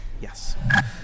yes